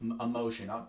emotion